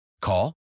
Call